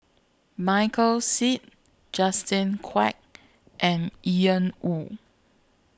Michael Seet Justin Quek and Ian Woo